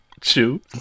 Chew